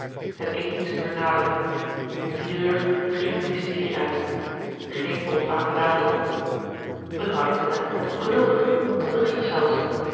het etensuur naderde om vier uur ging het ministerie uit geen botwater daagde op mevrouw de tonnette werd ongeduldig onrustig zelfs